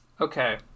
Okay